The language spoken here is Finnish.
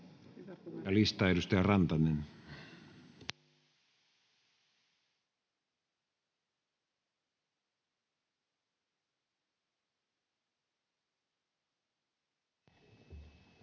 Ja vielä edustaja Rantanen. Arvoisa